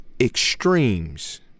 extremes